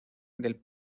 del